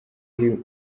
iri